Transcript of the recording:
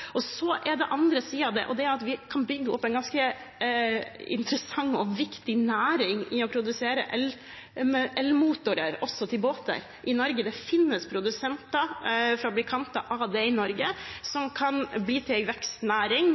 andre siden av det er at vi kan bygge opp en ganske interessant og viktig næring for å produsere elmotorer også til båter i Norge. Det finnes produsenter og fabrikanter av det i Norge. Dette kan bli en vekstnæring som kan levere både nasjonalt og internasjonalt. Det å bruke avgifter til